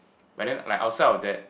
but then like outside of that